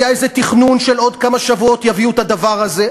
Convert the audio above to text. היה איזה תכנון שבעוד כמה שבועות יביאו את הדבר הזה,